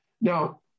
Now